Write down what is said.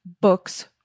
Books